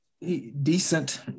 decent